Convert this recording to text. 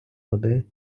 води